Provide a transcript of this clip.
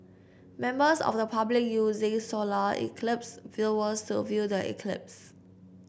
members of the public using solar eclipse viewers to view the eclipse